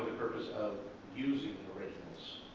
purpose of using originals